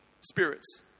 spirits